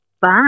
Bye